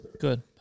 Good